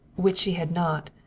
which she had not.